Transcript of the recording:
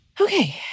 Okay